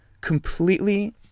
completely